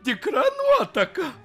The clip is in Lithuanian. tikra nuotaka